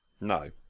No